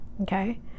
Okay